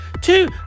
two